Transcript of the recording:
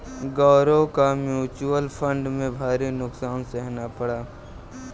गौरव को mutual fund में भारी नुकसान सहना पड़ा